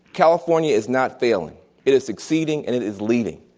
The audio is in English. california is not failing it is succeeding and it is leading.